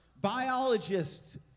biologists